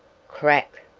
crack!